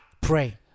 Pray